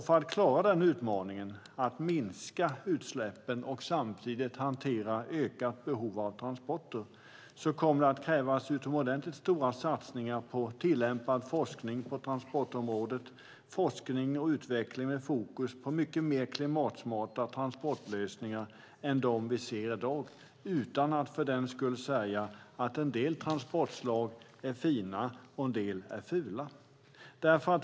För att klara utmaningen att minska utsläppen och samtidigt hantera ett ökat behov av transporter kommer det att krävas utomordentligt stora satsningar på tillämpad forskning på transportområdet och forskning och utveckling med fokus på mycket mer klimatsmarta transportlösningar än dem vi ser i dag utan att för den skull säga att en del transportslag är fina och en del är fula.